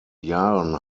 jahren